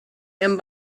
him